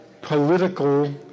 political